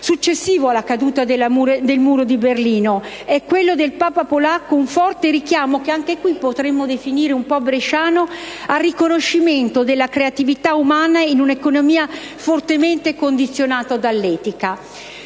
successivo alla caduta del muro di Berlino. È quello del Papa polacco un forte richiamo - che anche qui potremmo definire un po' bresciano - al riconoscimento della creatività umana in una economia fortemente condizionata dall'etica.